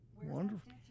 Wonderful